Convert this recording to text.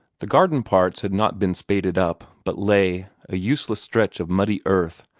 the garden parts had not been spaded up, but lay, a useless stretch of muddy earth,